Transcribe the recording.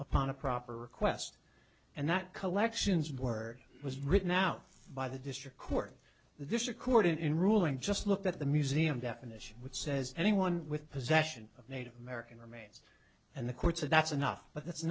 upon a proper request and that collections word was written out by the district court this is a court in ruling just look at the museum definition which says anyone with possession of native american remains and the court said that's enough but that's